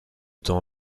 temps